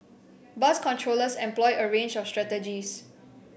bus controllers employ a range of strategies